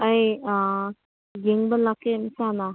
ꯑꯩ ꯌꯦꯡꯕ ꯂꯥꯛꯀꯦ ꯏꯁꯥꯅ